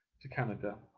to canada